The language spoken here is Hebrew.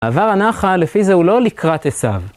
עבר הנחל, לפי זה הוא לא לקראת עשיו.